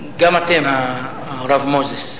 וגם אתם, הרב מוזס,